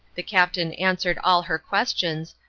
the captain answered all her questions,